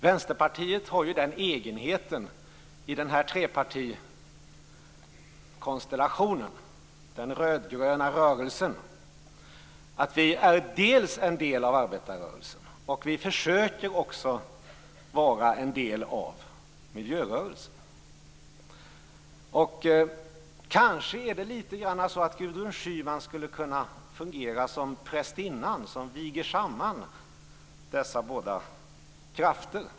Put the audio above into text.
Vänsterpartiet har den egenheten i denna trepartikonstellation - den rödgröna rörelsen - att dels vara en del av arbetarrörelsen, dels försöka vara en del av miljörörelsen. Kanske skulle Gudrun Schyman kunna fungera som prästinnan som viger samman dessa båda krafter.